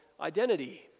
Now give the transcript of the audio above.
identity